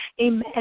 amen